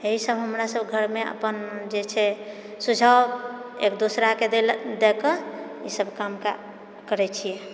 इएह सब हमरा सब घरमे अपन जेछै सुझाव एक दूसराके देल देएके इसब कामके करैत छिए